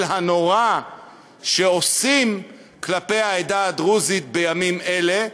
הנורא שעושים כלפי העדה הדרוזית בימים אלה,